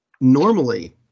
Normally